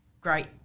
great